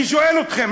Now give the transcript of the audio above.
אני שואל אתכם.